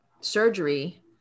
surgery